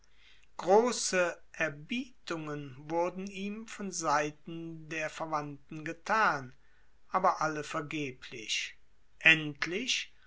große erbietungen wurden ihm von seiten der verwandten getan aber alle vergeblich endlich